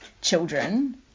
children